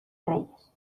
reyes